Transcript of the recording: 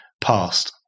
past